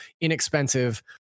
inexpensive